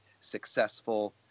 successful